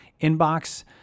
inbox